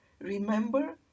remember